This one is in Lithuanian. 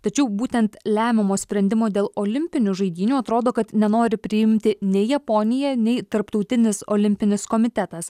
tačiau būtent lemiamo sprendimo dėl olimpinių žaidynių atrodo kad nenori priimti nei japonija nei tarptautinis olimpinis komitetas